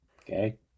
Okay